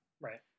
Right